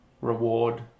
reward